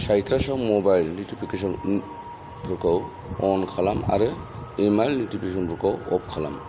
साइट्रासआव mobile नटिफिकेसनफोरखौ on खालाम आरो इमेइल नटिफिकेसनफोरखौ अफ खालाम